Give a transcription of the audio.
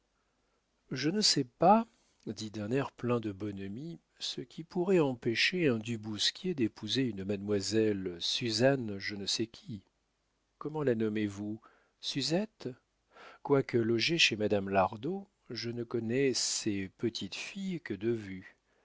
je ne sais pas dit-il d'un air plein de bonhomie ce qui pourrait empêcher un du bousquier d'épouser une mademoiselle suzanne je ne sais qui comment la nommez-vous suzette quoique logé chez madame lardot je ne connais ces petites filles que de vue